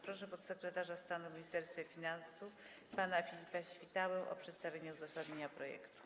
Proszę podsekretarza stanu w Ministerstwie Finansów pana Filipa Świtałę o przedstawienie uzasadnienia projektu.